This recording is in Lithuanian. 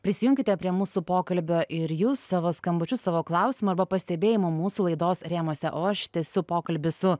prisijunkite prie mūsų pokalbio ir jūs savo skambučiu savo klausimo arba pastebėjimu mūsų laidos rėmuose o aš tęsiu pokalbį su